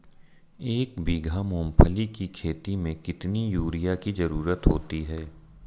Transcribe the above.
एक बीघा मूंगफली की खेती में कितनी यूरिया की ज़रुरत होती है?